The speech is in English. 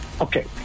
Okay